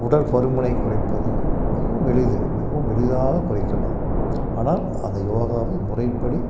உடல் பருமனை குறைப்பது மிகவும் எளிது மிகவும் எளிதாக குறைக்கலாம் ஆனால் அந்த யோகாவை முறைப்படி